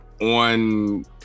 on